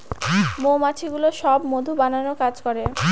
মৌমাছিগুলো সব মধু বানানোর কাজ করে